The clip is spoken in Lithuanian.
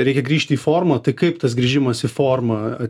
reikia grįžti į formą tai kaip tas grįžimas į formą